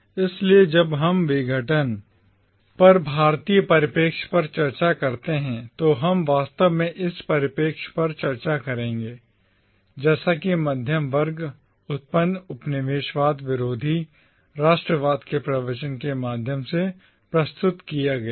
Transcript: इसलिए जब हम विघटन पर भारतीय परिप्रेक्ष्य पर चर्चा करते हैं तो हम वास्तव में इस परिप्रेक्ष्य पर चर्चा करेंगे जैसा कि मध्य वर्ग द्वारा उत्पन्न उपनिवेशवाद विरोधी राष्ट्रवाद के प्रवचन के माध्यम से प्रस्तुत किया गया है